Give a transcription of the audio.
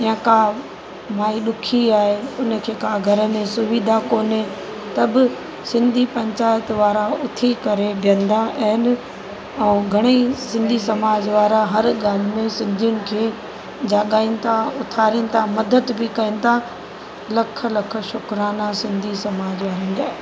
या का माई ॾुखी आहे उन खे का घर में सुविधा कोन्हे त बि सिंधी पंचायत वारा उथी करे वेंदा आहिनि ऐं घणेई सिंधी समाज वारा हर घर में सिंधियुनि खे जॻाइनि था उथारीनि था मदद बि कनि था लख लख शुकराना सिंधी समाज वारनि जा